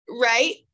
right